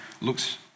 looks